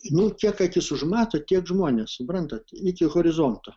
nu kiek akis užmato tiek žmonės suprantat iki horizonto